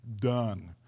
done